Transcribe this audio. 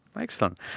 Excellent